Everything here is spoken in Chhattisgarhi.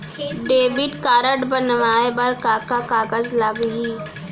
डेबिट कारड बनवाये बर का का कागज लागही?